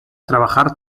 trabajar